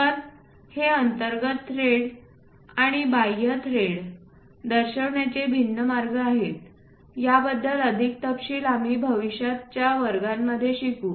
तर हे अंतर्गत थ्रेड्स आणि बाह्य थ्रेड्स दर्शविण्याचे भिन्न मार्ग आहेत याबद्दल अधिक तपशील आम्ही भविष्यातील वर्गांमध्ये शिकू